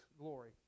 glory